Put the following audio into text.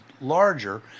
larger